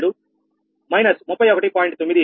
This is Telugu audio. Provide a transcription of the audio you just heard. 98 63